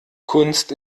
kunst